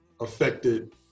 affected